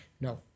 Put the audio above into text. No